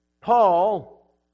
Paul